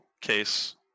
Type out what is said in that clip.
case